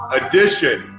edition